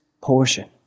portion